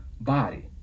body